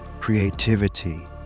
creativity